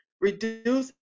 reduce